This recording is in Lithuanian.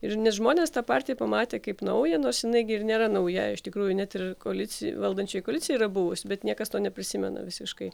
ir nes žmonės tą partiją pamatė kaip naują nors jinai gi ir nėra nauja iš tikrųjų net ir koalicija valdančioj koalicijoj yra buvus bet niekas to neprisimena visiškai